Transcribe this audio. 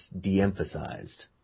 de-emphasized